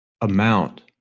amount